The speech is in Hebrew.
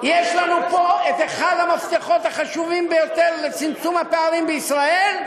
יש לנו פה את אחד המפתחות החשובים ביותר לצמצום הפערים בישראל,